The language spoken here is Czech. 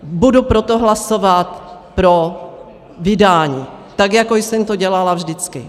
Budu proto hlasovat pro vydání, tak jako jsem to dělala vždycky.